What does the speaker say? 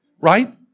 right